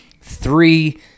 three